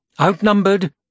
Outnumbered